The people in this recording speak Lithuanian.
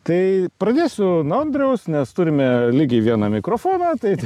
tai pradėsiu nuo andriaus nes turime lygiai vieną mikrofoną taip